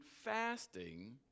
fasting